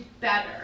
better